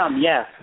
yes